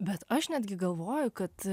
bet aš netgi galvoju kad